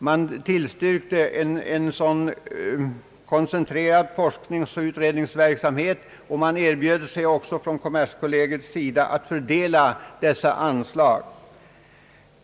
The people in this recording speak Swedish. Man tillstyrkte en sådan koncentrerad forskningsoch utredningsverksamhet, och man erbjöd sig även från kommerskollegii sida att fördela dessa anslag.